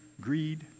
greed